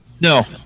No